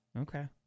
Okay